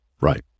right